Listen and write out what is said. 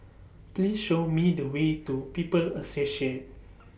Please Show Me The Way to People's Associate